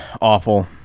awful